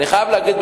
אני חייב להגיד,